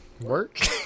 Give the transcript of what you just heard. work